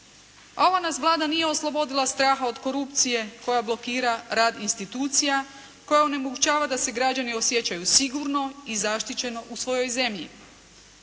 ova nas Vlada nije oslobodila straha od korupcije koja blokira rad institucija, koja onemogućava da se građani osjećaju sigurno i zaštićeno u svojoj zemlji.